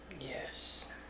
Yes